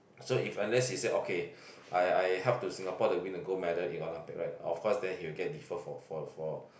so if unless he say okay I I help to Singapore to win the gold medal in the Olympic right then of course he will get defer for for for